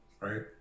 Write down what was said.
right